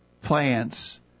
plants